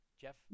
Jeff